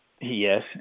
yes